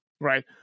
right